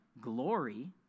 glory